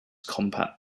compact